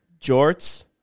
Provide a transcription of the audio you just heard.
jorts